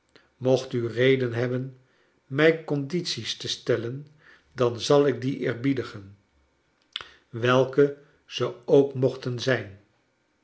mocht u reden hebben mij condities te stellen dan zal ik die eerbiedigen welke ze ook mochten zijn